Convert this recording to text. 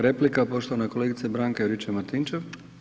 Replika, poštovana kolegica Branka Juričev Martinčev.